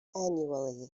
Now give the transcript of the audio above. annually